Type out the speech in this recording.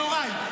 יוראי,